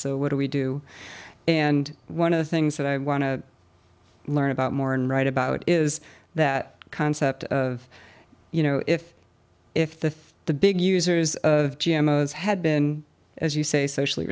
so what do we do and one of the things that i want to learn about more and write about is that concept you know if if the the big users of g m had been as you say socially